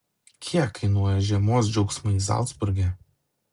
kiek kainuoja žiemos džiaugsmai zalcburge